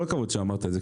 כל הכבוד שאמרת את זה,